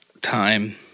time